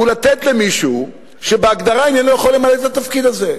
זה לתת למישהו שבהגדרה איננו יכול למלא את התפקיד הזה.